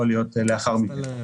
יכול להיות לאחר מכן.